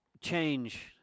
change